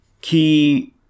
key